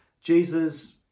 Jesus